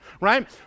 right